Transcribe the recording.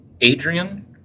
Adrian